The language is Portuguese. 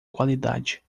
qualidade